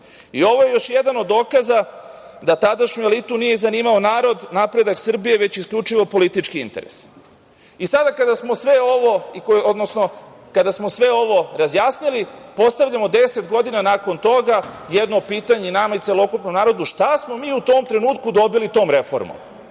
Ovo je još jedan od dokaza da tadašnju elitu nije zanimao narod, napredak Srbije, već isključivo politički interes. Sada kada smo sve ovo razjasnili postavljamo 10 godina nakon toga jedno pitanje nama i celokupnom narodu – šta smo mi u tom trenutku dobili tom reformom?